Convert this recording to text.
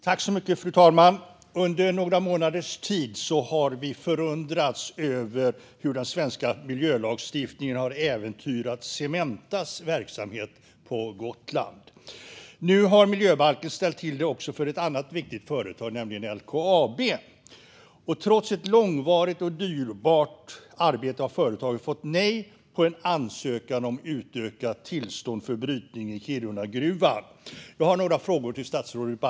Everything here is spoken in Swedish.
Fru talman! Under några månaders tid har vi förundrats över hur den svenska miljölagstiftningen har äventyrat Cementas verksamhet på Gotland. Nu har miljöbalken ställt till det också för ett annat viktigt företag, nämligen LKAB. Trots ett långvarigt och dyrbart arbete har företaget fått nej på en ansökan om utökat tillstånd för brytning i Kirunagruvan. Jag har några frågor till statsrådet Baylan.